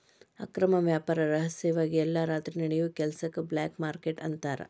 ಅಕ್ರಮ ವ್ಯಾಪಾರ ರಹಸ್ಯವಾಗಿ ಎಲ್ಲಾ ರಾತ್ರಿ ನಡಿಯೋ ಕೆಲಸಕ್ಕ ಬ್ಲ್ಯಾಕ್ ಮಾರ್ಕೇಟ್ ಅಂತಾರ